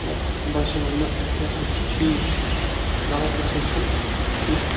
پَتہٕ باسیو مےٚ نہَ یہِ ہَسا چھُ ٹھیٖک غَلَط نَسا چھُنہٕ کینٛہہ